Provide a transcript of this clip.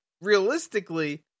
realistically